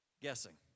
guessing